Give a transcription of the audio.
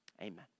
amen